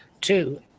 two